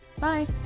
Bye